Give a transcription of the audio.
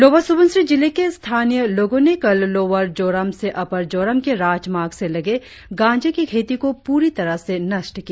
lower Subansiri जिले के स्थानीय लोगों ने कल लोअर जोराम से अपर जोराम के राजमार्ग से लगे गांजे की खेती को पूरी तरह से नष्ट किया